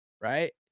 right